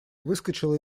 выскочила